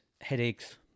headaches